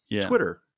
Twitter